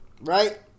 right